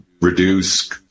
reduce